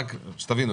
שתבינו.